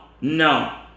no